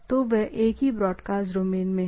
तो वे एक ही ब्रॉडकास्ट डोमेन में हैं